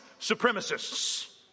supremacists